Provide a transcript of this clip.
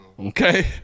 Okay